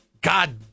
God